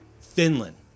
Finland